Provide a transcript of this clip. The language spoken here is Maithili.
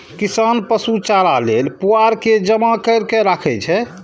किसान पशु चारा लेल पुआर के जमा कैर के राखै छै